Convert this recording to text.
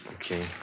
Okay